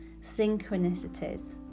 synchronicities